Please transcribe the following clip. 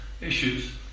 issues